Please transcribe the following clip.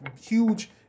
huge